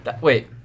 Wait